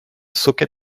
socket